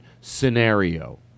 scenario